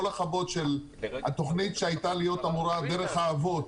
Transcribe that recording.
כל החוות של התוכנית שהייתה אמורה להיות דרך האבות,